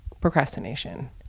Procrastination